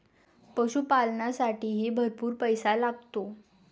पशुपालनालासाठीही भरपूर पैसा लागतो